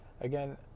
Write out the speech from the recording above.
Again